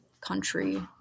country